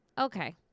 Okay